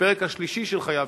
בפרק השלישי של חייו,